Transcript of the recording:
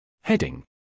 Heading